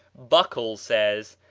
buckle says,